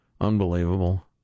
Unbelievable